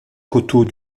coteaux